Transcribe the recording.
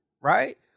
Right